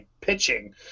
pitching